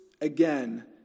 again